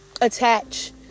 attach